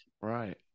right